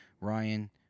Ryan